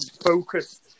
focused